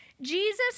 Jesus